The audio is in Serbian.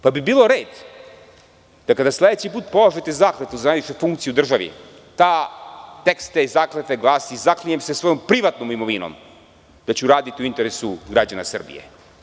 Pa, bi bilo red kada sledeći put polažete zakletvu za najveću funkciju u državi, tekst te zakletve glasi – zaklinjem se svojom privatnom imovinom da ću raditi u interesu građana Srbije.